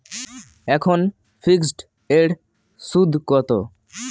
এখন ফিকসড এর সুদ কত?